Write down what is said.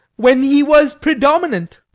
when he was predominant.